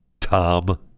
Tom